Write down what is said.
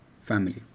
family